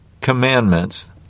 commandments